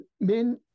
men